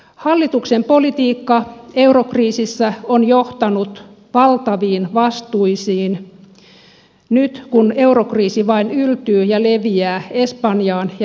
hallituksen politiikka eurokriisissä on johtanut valtaviin vastuisiin nyt kun eurokriisi vain yltyy ja leviää espanjaan ja italiaan